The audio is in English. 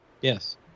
Yes